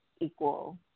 equal